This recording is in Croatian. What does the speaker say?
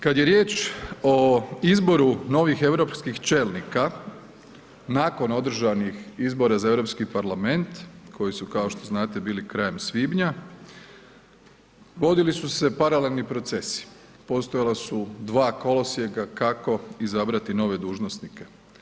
Kad je riječ o izboru novih europskih čelnika nakon održanih izbora za Europski parlament koji su, kao što znate, bili krajem svibnja, vodili su se paralelni procesi, postojala su dva kolosijeka kako izabrati nove dužnosnike.